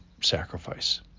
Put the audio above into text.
sacrifice